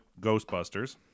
Ghostbusters